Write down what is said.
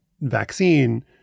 vaccine